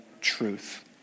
truth